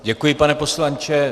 Děkuji, pane poslanče.